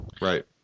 right